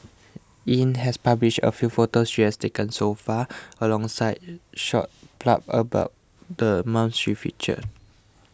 Yin has published a few photos she has taken so far alongside short blurbs about the mom's she featured